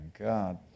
God